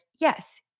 yes